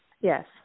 Yes